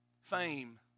Fame